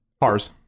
Cars